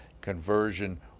conversion